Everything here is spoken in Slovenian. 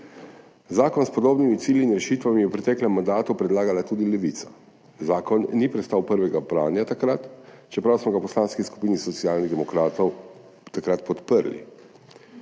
Zakon s podobnimi cilji in rešitvami je v preteklem mandatu predlagala tudi Levica. Zakon takrat ni prestal prvega branja, čeprav smo ga v Poslanski skupini Socialnih demokratov takrat podprli.